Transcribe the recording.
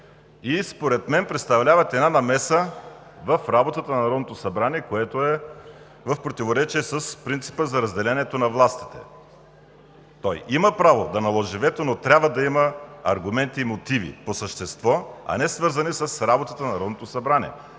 Според мен представляват намеса в работата на Народното събрание, което е в противоречие с принципа за разделението на властите. Той има право да наложи вето, но трябва да има аргументи и мотиви по същество, а не свързани с работата на Народното събрание,